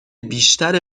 بیشتر